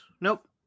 Nope